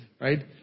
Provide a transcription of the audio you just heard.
right